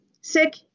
sick